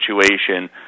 situation